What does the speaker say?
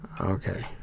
Okay